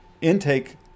intake